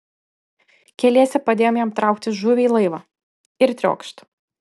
keliese padėjom jam traukti žuvį į laivą ir triokšt